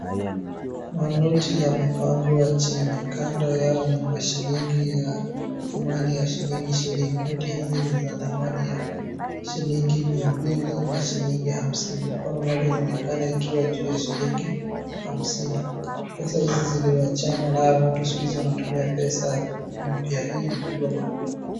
Manoti yamepangwa chini, kando yao ni mashilingi ya thamani ya shilingi ishirini. Noti hizi ni za thamani ya shilingi mia mbili na shilingi hamsini. Mkono moja inaonekana ikiwa juu ya shilingi hamsini. Pesa hizi ziliachanwa, nao watu siku hizi wanatumia pesa mpya. Hii ilipigwa marufuku.